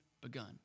begun